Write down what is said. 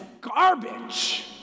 garbage